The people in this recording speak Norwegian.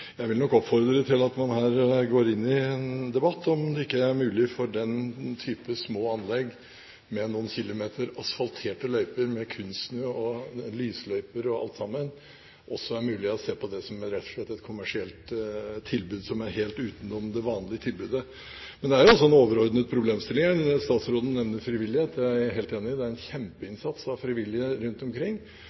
man her går inn i en debatt om det ikke er mulig å se på den type små anlegg, med noen kilometer asfalterte løyper med kunstsnø og lysløyper og alt sammen, som rett og slett et kommersielt tilbud helt utenom det vanlige tilbudet. Men det er også en overordnet problemstilling – statsråden nevner frivillighet, og det er jeg helt enig i, det er kjempeinnsats av frivillige rundt omkring